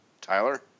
Tyler